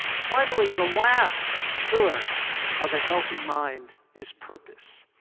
finally, the last pillar of a healthy mind is purpose.